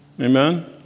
Amen